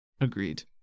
Agreed